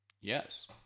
yes